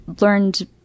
learned